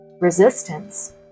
resistance